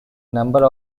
number